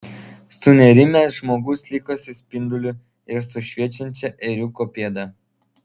sunerimęs žmogus liko su spinduliu ir su šviečiančia ėriuko pėda